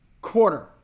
quarter